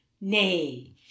nay